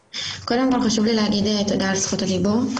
קודם כל חשוב לי להגיד תודה על זכות הדיבור.